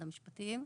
המשפטים.